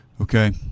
Okay